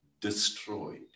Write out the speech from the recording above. destroyed